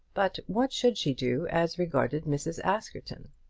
but what should she do as regarded mrs. askerton?